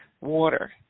water